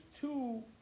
two